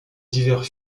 divers